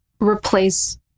replace